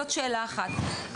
זאת סוגיה אחת.